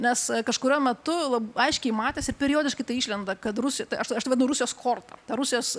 nes kažkuriuo metu labai aiškiai matėsi periodiškai tai išlenda kad ru aš tai vadinu rusijos korta ta rusijos